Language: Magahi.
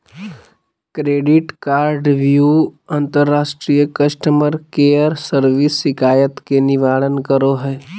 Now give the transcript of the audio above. क्रेडिट कार्डव्यू अंतर्राष्ट्रीय कस्टमर केयर सर्विस शिकायत के निवारण करो हइ